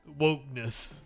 wokeness